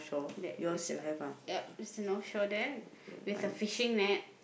that is yep is a North Shore there with a fishing net